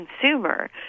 consumer